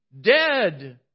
dead